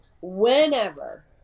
whenever